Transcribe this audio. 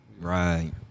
Right